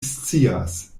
scias